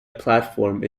platform